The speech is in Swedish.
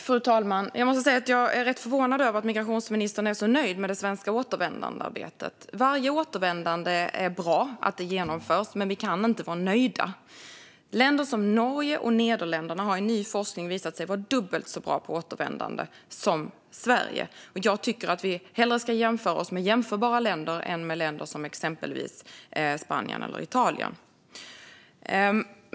Fru talman! Jag måste säga att jag är rätt förvånad över att migrationsministern är så nöjd med det svenska återvändandearbetet. Varje genomfört återvändande är bra, men vi kan inte vara nöjda. Länder som Norge och Nederländerna har enligt ny forskning visat sig vara dubbelt så bra på återvändande som Sverige. Jag tycker att vi hellre ska jämföra oss med jämförbara länder än med länder som exempelvis Spanien eller Italien.